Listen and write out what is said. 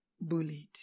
bullied